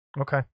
Okay